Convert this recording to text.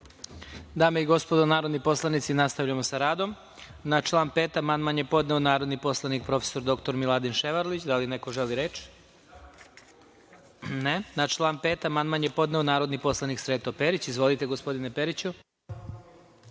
Dame i gospodo narodni poslanici, nastavljamo sa radom. Na član 5. amandman je podneo narodni poslanik prof. dr Miladin Ševarlić. Da li neko želi reč? (Ne.)Na član 5. amandman je podneo narodni poslanik Sreto Perić. Izvolite, gospodine Periću.